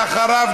ואחריו,